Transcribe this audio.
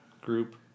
Group